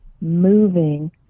moving